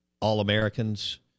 All-Americans